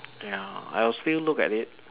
ya I'll still look at it